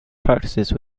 practices